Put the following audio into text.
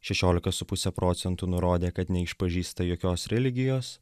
šešiolika su puse procentų nurodė kad neišpažįsta jokios religijos